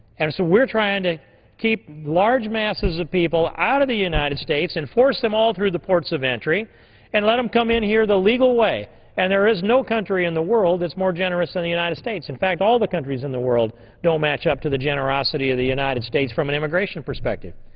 and so we're trying to keep large masses of people out of the united states and force them out through the ports of entry and let them come in here the legal way and there is no country in the world that's more generous than the united states. in fact, all the countries in the world don't match up to the generosity of the united states from an immigration perspective.